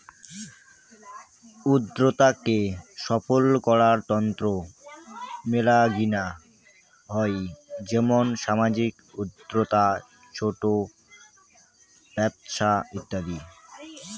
উদ্যোক্তা কে সফল করার তন্ন মেলাগিলা হই যেমন সামাজিক উদ্যোক্তা, ছোট ব্যপছা ইত্যাদি